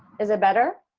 is it better?